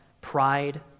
pride